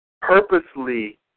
purposely